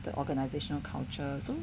the organisational culture so